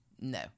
No